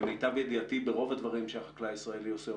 למיטב ידיעתי ברוב הדברים שהחקלאי הישראלי עושה,